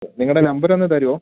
നിങ്ങളുടെ നമ്പർ ഒന്ന് തരുമോ